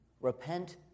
repent